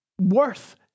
worth